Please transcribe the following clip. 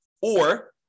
Or-